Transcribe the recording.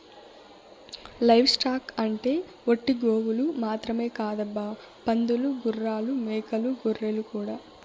live stock అంటే ఒట్టి గోవులు మాత్రమే కాదబ్బా పందులు గుర్రాలు మేకలు గొర్రెలు కూడా